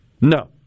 No